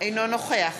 אינו נוכח